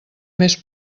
més